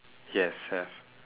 yes have